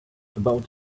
about